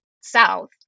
South